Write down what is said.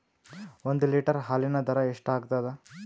ಒಂದ್ ಲೀಟರ್ ಹಾಲಿನ ದರ ಎಷ್ಟ್ ಆಗತದ?